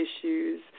issues